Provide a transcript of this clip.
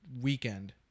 weekend